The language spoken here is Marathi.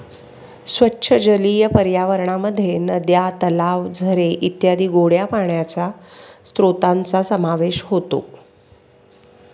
स्वच्छ जलीय पर्यावरणामध्ये नद्या, तलाव, झरे इत्यादी गोड्या पाण्याच्या स्त्रोतांचा समावेश होतो